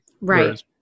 Right